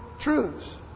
truths